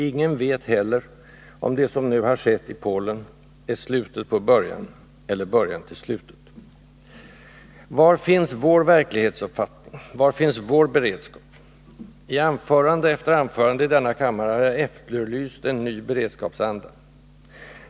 Ingen vet heller om det som nu sker i Polen är slutet på början eller början till slutet. Var finns vår verklighetsuppfattning? Var finns vår beredskap? I anförande efter anförande i denna kammare har jag efterlyst en ny beredskapsanda.